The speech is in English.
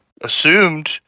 assumed